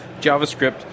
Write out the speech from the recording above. JavaScript